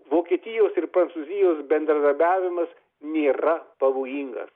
vokietijos ir prancūzijos bendradarbiavimas nėra pavojingas